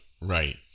Right